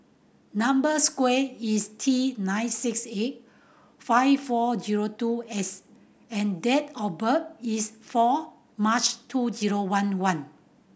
number sqare is T nine six eight five four zero two S and date of birth is four March two zero one one